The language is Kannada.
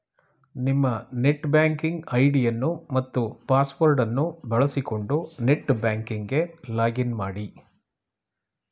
ನಿಮ್ಮ ನೆಟ್ ಬ್ಯಾಂಕಿಂಗ್ ಐಡಿಯನ್ನು ಮತ್ತು ಪಾಸ್ವರ್ಡ್ ಅನ್ನು ಬಳಸಿಕೊಂಡು ನೆಟ್ ಬ್ಯಾಂಕಿಂಗ್ ಗೆ ಲಾಗ್ ಇನ್ ಮಾಡಿ